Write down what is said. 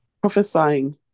prophesying